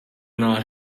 not